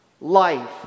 life